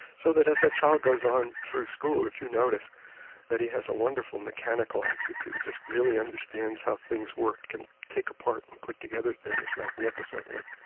so that as that child goes on through school if you notice that he has a wonderful mechanical aptitude, just really understands how things work and take apart and put together things magnificently,